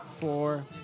four